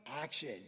action